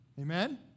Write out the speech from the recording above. Amen